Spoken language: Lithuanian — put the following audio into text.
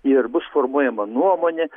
ir bus formuojama nuomonė